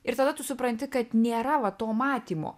ir tada tu supranti kad nėra va to matymo